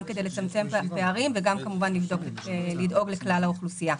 גם כדי לצמצם את הפערים וגם כמובן לדאוג לכלל האוכלוסייה.